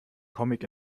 comic